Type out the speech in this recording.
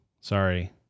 Sorry